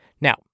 Now